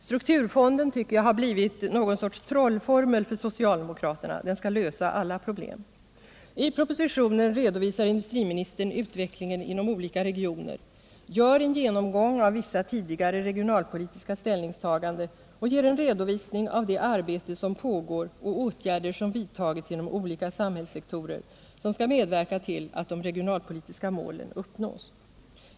Strukturfonden har blivit något slags trollformel för socialdemokraterna — den skall lösa alla problem. I propositionen redovisar industriministern utvecklingen inom olika regioner, gör en genomgång av vissa tidigare regionalpolitiska ställningstaganden och ger en redovisning av det arbete som pågår och de åtgärder som vidtagits inom olika samhällssektorer, som skall medverka till att de regionalpolitiska målen uppnås.